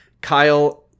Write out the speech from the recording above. Kyle